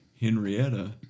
Henrietta